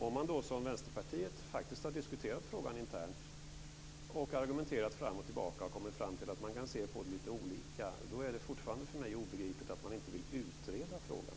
Om man då, som Vänsterpartiet, faktiskt har diskuterat frågan internt, argumenterat fram och tillbaka och kommit fram till att man kan se på det lite olika, är det fortfarande för mig obegripligt att man inte vill utreda frågan.